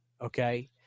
okay